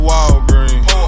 Walgreens